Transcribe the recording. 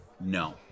No